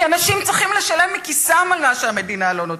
כי אנשים צריכים לשלם מכיסם על מה שהמדינה לא נותנת.